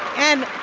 and